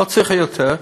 לא צריך יותר,